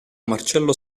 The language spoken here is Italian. marcello